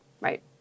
right